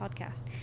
podcast